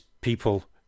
people